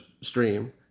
stream